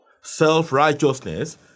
Self-righteousness